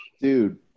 Dude